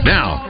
Now